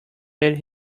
made